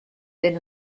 been